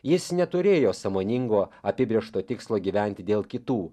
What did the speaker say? jis neturėjo sąmoningo apibrėžto tikslo gyventi dėl kitų